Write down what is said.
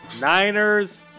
Niners